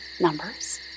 Numbers